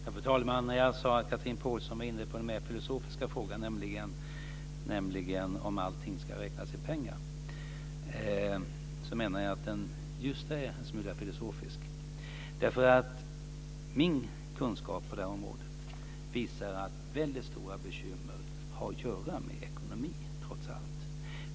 Fru talman! När jag sade att Chatrine Pålsson var inne på en mer filosofisk fråga, nämligen om allting ska räknas i pengar, menade jag att den just var en smula filosofisk. Min kunskap på det här området visar att väldigt stora bekymmer har att göra med ekonomi, trots allt.